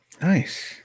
Nice